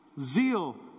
Zeal